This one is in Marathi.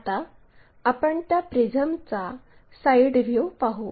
आता आपण त्या प्रिझमचा साईड व्ह्यू पाहू